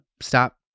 Stop